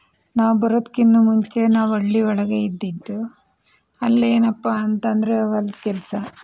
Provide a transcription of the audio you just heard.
ನಾವು ಬರೋದ್ಕಿಂತ ಮುಂಚೆ ನಾವು ಹಳ್ಳಿಯೊಳಗೆ ಇದ್ದಿದ್ದು ಅಲ್ಲೇನಪ್ಪ ಅಂತಂದರೆ ಹೊಲದ ಕೆಲಸ